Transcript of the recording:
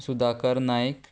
Sudhakar Naik